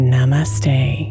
Namaste